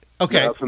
Okay